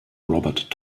robert